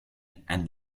and